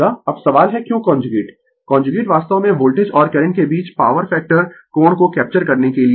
अब सवाल है क्यों कांजुगेट कांजुगेट वास्तव में वोल्टेज और करंट के बीच पॉवर फैक्टर कोण को कैप्चर करने के लिए है